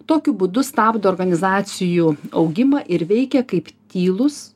tokiu būdu stabdo organizacijų augimą ir veikia kaip tylūs